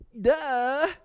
duh